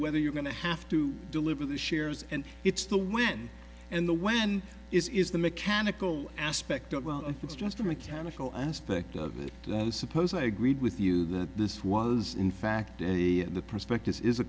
whether you're going to have to deliver the shares and it's the wind and the when is is the mechanical aspect of well it's just a mechanical aspect of it suppose i agreed with you that this was in fact a the prospectus is a